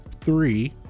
three